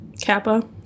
Kappa